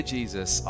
Jesus